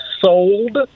sold